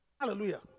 Hallelujah